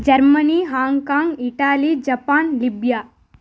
Germany Hong Kong Italy Japan Libya